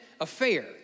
affair